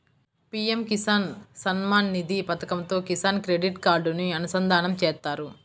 PM Kisan Samman Nidhi పథకంతో Kisan credit కార్డుని అనుసంధానం చేత్తారు